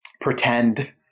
pretend